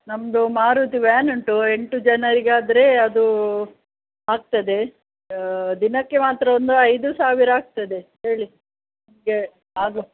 ನಮ್ದು ಮಾರುತಿ ವ್ಯಾನ್ ಉಂಟು ಎಂಟು ಜನರಿಗೆ ಆದರೆ ಅದೂ ಆಗ್ತದೆ ದಿನಕ್ಕೆ ಮಾತ್ರ ಒಂದು ಐದು ಸಾವಿರ ಆಗ್ತದೆ ಹೇಳಿ ಹಾಗು